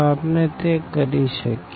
તો આપણે તે કરી શકીએ